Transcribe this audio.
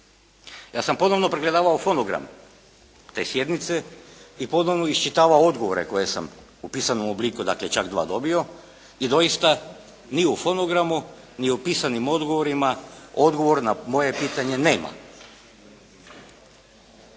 Ja sam ponovno pregledavao fonogram te sjednice i pozorno iščitavao odgovore koje sam u pisanom obliku dakle čak dva dobio i doista ni u fonogramu ni u pisanim odgovorima odgovora na moje pitanje nema.